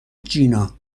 جینا